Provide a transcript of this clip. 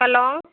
hello